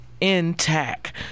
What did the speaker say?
intact